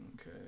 Okay